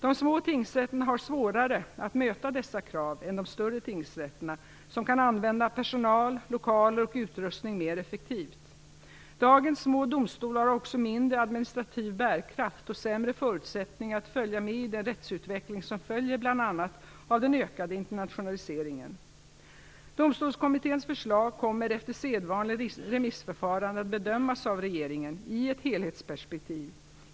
De små tingsrätterna har svårare att möta dessa krav än de större tingsrätterna som kan använda personal, lokaler och utrustning mer effektivt. Dagens små domstolar har också mindre administrativ bärkraft och sämre förutsättningar att följa med i den rättsutveckling som följer bl.a. av den ökade internationaliseringen. Domstolskommitténs förslag kommer efter sedvanligt remissförfarande att bedömas av regeringen i ett helhetsperspektiv.